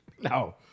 No